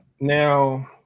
Now